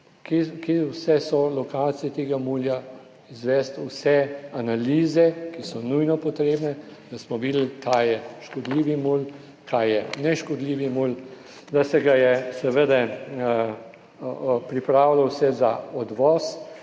kje vse so lokacije tega mulja, izvesti vse analize, ki so nujno potrebne, da smo videli, kaj je škodljivi mulj, kaj je neškodljivi mulj, da se ga je seveda pripravilo za odvoz,